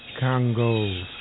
Congo